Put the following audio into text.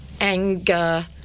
Anger